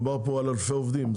זה אלפי עובדים.